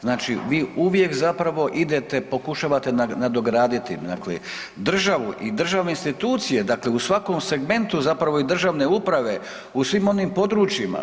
Znači vi uvijek zapravo idete, pokušavate nadograditi dakle, državu i državne institucije, dakle u svakom segmentu zapravo i državne uprave, u svim onim područjima.